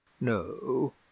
no